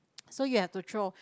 so you have to throw